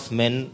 men